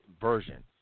version